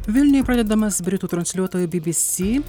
vilniuje pradedamas britų transliuotojo by by sy